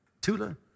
Tula